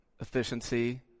efficiency